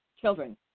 children